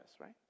right